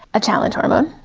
a challenge hormone.